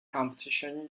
competition